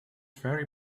ferry